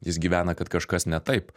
jis gyvena kad kažkas ne taip